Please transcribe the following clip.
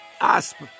asp